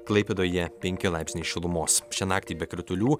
klaipėdoje penki laipsniai šilumos šią naktį be kritulių